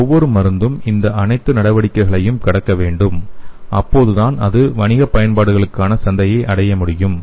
ஒவ்வொரு மருந்தும் இந்த அனைத்து நடவடிக்கைகளையும் கடக்க வேண்டும் அப்போதுதான் அது வணிக பயன்பாடுகளுக்கான சந்தையை அடைய முடியும்